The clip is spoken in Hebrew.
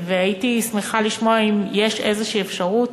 הייתי שמחה לשמוע אם יש איזו אפשרות